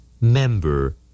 Member